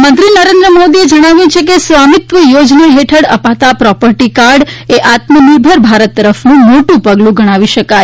એમ પ્રધાનમંત્રી નરેન્દ્ર મોદીએ જણાવ્યું છે કે સ્વામિત્વ યોજના હેઠળ અપાતા પ્રોપર્ટી કાર્ડ એ આત્મનિર્ભર ભારત તરફનુ મોટુ પગલુ ગણાવી શકાય